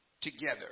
together